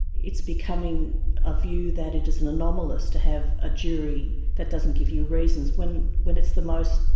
it's becoming a view that it is and anomalous to have a jury that doesn't give you reasons when when it's the most,